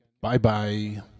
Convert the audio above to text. Bye-bye